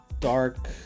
Dark